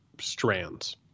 strands